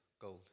gold